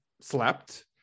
slept-